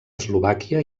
eslovàquia